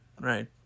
Right